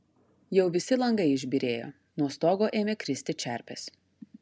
jau visi langai išbyrėjo nuo stogo ėmė kristi čerpės